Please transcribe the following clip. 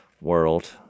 world